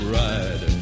ride